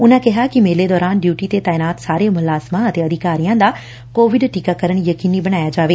ਉਨਾਂ ਕਿਹਾ ਕਿ ਮੇਲੇ ਦੌਰਾਨ ਡਿਉਟੀ ਤੇ ਤਾਇਨਾਤ ਸਾਰੇ ਮੁਲਾਜ਼ਮਾਂ ਅਤੇ ਅਧਿਕਾਰੀਆਂ ਦਾ ਕੋਵਿਡ ਟੀਕਾਕਰਨ ਯਕੀਨੀ ਬਣਾਇਆ ਜਾਵੇ